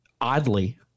oddly